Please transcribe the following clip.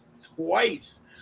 twice